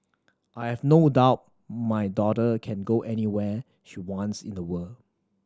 I have no doubt my daughter can go anywhere she wants in the world